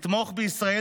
יתמוך בישראל,